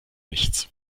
nichts